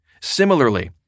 Similarly